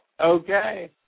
Okay